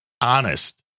honest